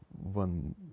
one